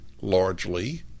largely